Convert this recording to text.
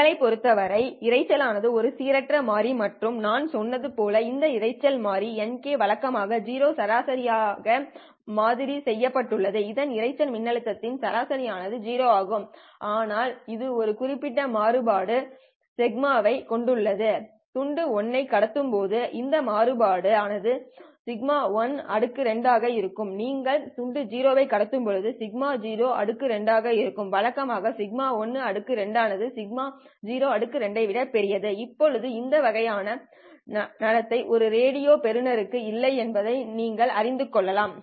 எங்களைப் பொறுத்தவரை இரைச்சல் ஆனது ஒரு சீரற்ற மாறி மற்றும் நான் சொன்னது போல இந்த இரைச்சல் மாறி nk வழக்கமாக 0 சராசரி ஆக மாதிரி செய்யப்பட்டுள்ளது இதன் இரைச்சல் மின்னழுத்தத்தின் சராசரி ஆனது 0 ஆகும் ஆனால் இது ஒரு குறிப்பிட்ட மாறுபாடு σ ஐ கொண்டுள்ளது துண்டு 1 ஐ கடத்தும் போது இந்த மாறுபாடு ஆனது σ12 ஆக இருக்கும் நீங்கள் துண்டு 0 ஐ கடத்தும் போது இது σ02 ஆக இருக்கும் வழக்கமாக σ12 ஆனது σ02 ஐ விட பெரியது இப்போது இந்த வகையான நடத்தை ஒரு ரேடியோ பெறுநருக்கு இல்லை என்பதை நீங்கள் அறிந்து இருக்கலாம்